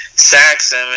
Saxon